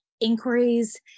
inquiries